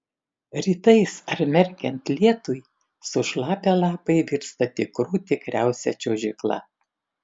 rytais ar merkiant lietui sušlapę lapai virsta tikrų tikriausia čiuožykla